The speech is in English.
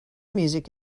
music